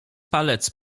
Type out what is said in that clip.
palec